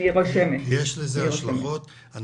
יש לזה השלכות.